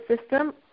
system